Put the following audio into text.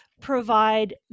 provide